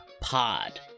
Pod